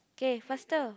okay faster